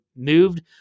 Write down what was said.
moved